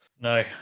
No